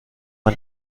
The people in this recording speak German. man